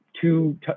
two